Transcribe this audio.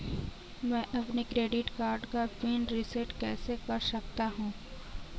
मैं अपने credit card का पिन रिसेट कैसे कर सकता हूँ?